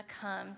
come